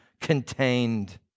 contained